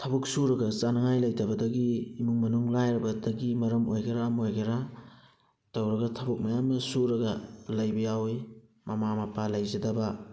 ꯊꯕꯛ ꯁꯨꯔꯒ ꯆꯥꯅꯤꯉꯥꯏ ꯂꯩꯇꯕꯗꯒꯤ ꯏꯃꯨꯡ ꯃꯅꯨꯡ ꯂꯥꯏꯔꯕꯗꯒꯤ ꯃꯔꯝ ꯑꯣꯏꯒꯦꯔꯥ ꯑꯃ ꯑꯣꯏꯒꯦꯔꯥ ꯇꯧꯔꯒ ꯊꯕꯛ ꯃꯌꯥꯝ ꯑꯃ ꯁꯨꯔꯒ ꯂꯩꯕ ꯌꯥꯎꯋꯤ ꯃꯃꯥ ꯃꯄꯥ ꯂꯩꯖꯗꯕ